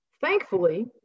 Thankfully